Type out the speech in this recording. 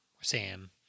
Sam